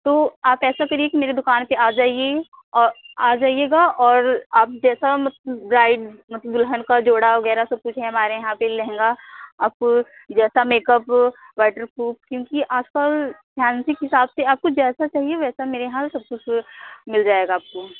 तो आप ऐसा करिए कि मेरी दुकान पर आ जाइए आ जाइएगा और आप जैसा ब्रेड दुल्हन का जोड़ा वग़ैरह सब कुछ है हमारे यहाँ पर लहंगा आप जैसा मेकअप वाटरप्रूफ क्योंकि आज कल फैंसी के हिसाब से आपको जैसा चाहिए वैसा मेरे यहाँ सब कुछ मिल जाएगा आपको